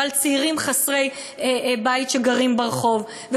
ועל צעירים חסרי בית שגרים ברחוב.